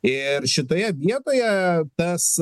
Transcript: ir šitoje vietoje tas